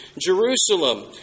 Jerusalem